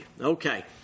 Okay